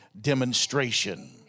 demonstration